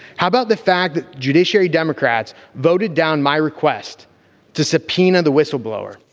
how about the fact that judiciary democrats voted down my request to subpoena the whistleblower?